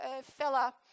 fella